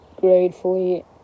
gratefully